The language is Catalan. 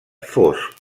fosc